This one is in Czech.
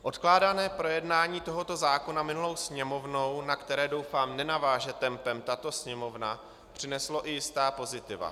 Odkládané projednání tohoto zákona minulou Sněmovnou, na které doufám nenaváže tempem tato Sněmovna, přineslo i jistá pozitiva.